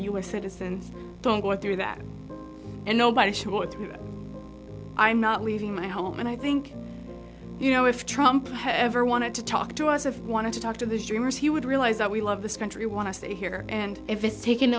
u s citizens don't go through that and nobody short i'm not leaving my home and i think you know if trump ever wanted to talk to us of want to talk to the dreamers he would realize that we love this country want to stay here and if it's taken